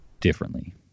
differently